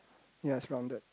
ya it's rounded